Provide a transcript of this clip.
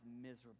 miserable